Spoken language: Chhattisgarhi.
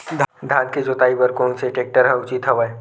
धान के जोताई बर कोन से टेक्टर ह उचित हवय?